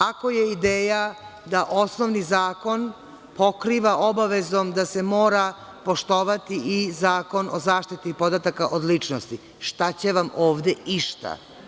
Ako je ideja da osnovni zakon pokriva obavezom da se mora poštovati i Zakon o zaštiti podataka od ličnosti, šta će vam ovde išta?